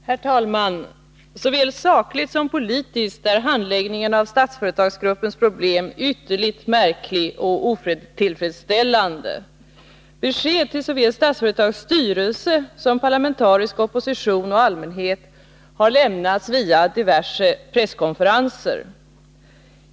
Herr talman! Såväl sakligt som politiskt är handläggningen av Statsföretagsgruppens problem ytterligt märklig och otillfredsställande. Besked till såväl Statsföretags styrelse som parlamentarisk opposition och allmänhet har lämnats via diverse presskonferenser.